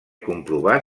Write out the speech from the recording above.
comprovar